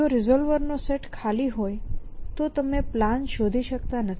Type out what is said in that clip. જો રિસોલ્વર નો સેટ ખાલી હોય તો તમે પ્લાન શોધી શકતા નથી